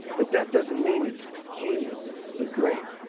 but that doesn't mean it's genius or great.